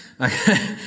Okay